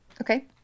Okay